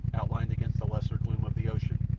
outlined against the lesser gloom of the ocean,